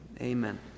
Amen